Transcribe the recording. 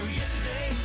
yesterday